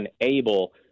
unable